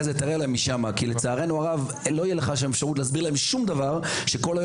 כי לא תוכל להסביר להן שום דבר כשכל היום